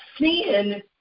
Sin